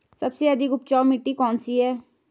सबसे अधिक उपजाऊ मिट्टी कौन सी है?